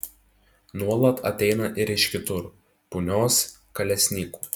nuolat ateina ir iš kitur punios kalesnykų